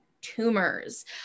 tumors